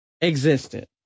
existed